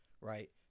Right